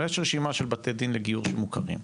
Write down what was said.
אבל יש רשימה של בתי דין לגיור שמוכרים.